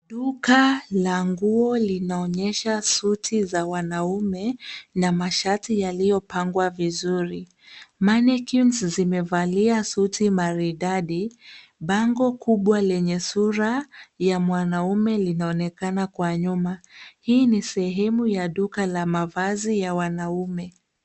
Duka la nguo linaonyesha suti za wanaume na mashati yaliyopangwa vizuri. Mannequins zimevalia suti maridadi. Bango kubwa lenye sura ya mwanaume linaonekana kwa nyuma. Hii ni sehemu ya duka la mavazi ya wanaume.